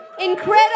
Incredible